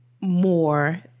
more